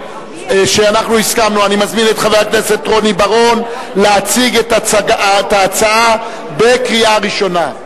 אני מזמין את חבר הכנסת רוני בר-און להציג את ההצעה לקריאה ראשונה.